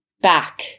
back